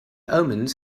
omens